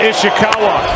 Ishikawa